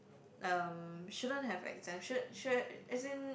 um shouldn't have exams shouldn't shouldn't as in